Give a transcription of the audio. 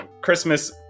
Christmas